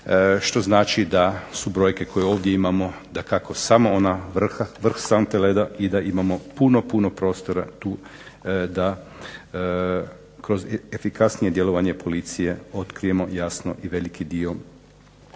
što znači da su brojke koje ovdje imamo, dakako samo ona, vrh sante leda i da imamo puno, puno prostora tu da kroz efikasnije djelovanje policije otkrijemo jasno i veliki dio